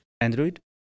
Android